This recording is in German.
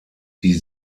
die